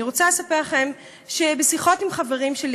אני רוצה לספר לכם שבשיחות עם חברים שלי,